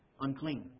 unclean